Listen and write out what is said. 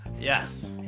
yes